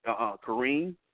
Kareem